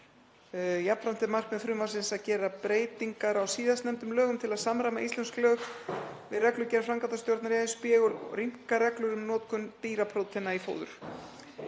Jafnframt er markmið frumvarpsins að gera breytingar á síðastnefndum lögum til að samræma íslensk lög við reglugerð framkvæmdastjórnar ESB og rýmka reglur um notkun dýrapróteina í fóður.